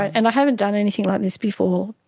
and i haven't done anything like this before.